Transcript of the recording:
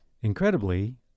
Incredibly